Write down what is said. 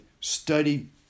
Study